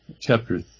chapter